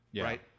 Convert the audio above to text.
right